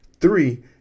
Three